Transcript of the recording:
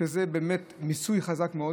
שזה באמת מיסוי חזק מאוד.